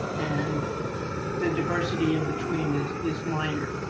and the diversity in between is is minor.